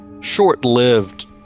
short-lived